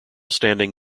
standing